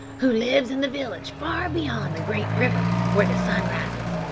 who lives in the village far beyond the great river where the sun rises.